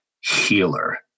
healer